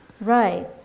Right